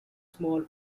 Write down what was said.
small